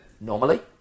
normally